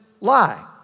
lie